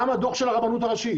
גם הדוח של הרבנות הראשית,